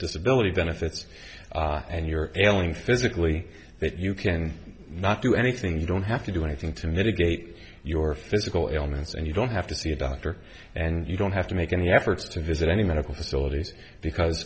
disability benefits and your ailing physically that you can not do anything you don't have to do anything to mitigate your physical ailments and you don't have to see a doctor and you don't have to make any efforts to visit any medical facilities because